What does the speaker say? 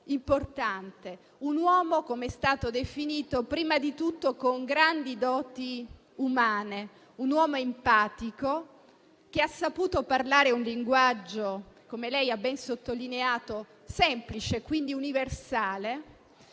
Un uomo, come è stato definito, prima di tutto con grandi doti umane, un uomo empatico che ha saputo parlare un linguaggio, come lei ha ben sottolineato, semplice, quindi universale,